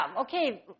Okay